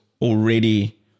already